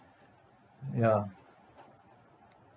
ya